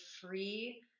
free